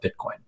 Bitcoin